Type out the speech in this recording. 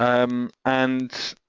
um and